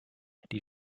die